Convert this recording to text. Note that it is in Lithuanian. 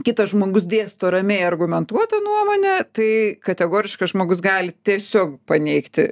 kitas žmogus dėsto ramiai argumentuotą nuomonę tai kategoriškas žmogus gali tiesiog paneigti